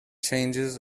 changes